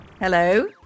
Hello